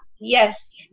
Yes